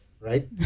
right